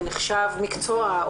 ונחשב מקצוע,